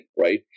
right